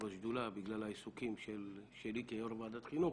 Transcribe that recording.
בשדולה בגלל העיסוקים שלי כיו"ר ועדת חינוך,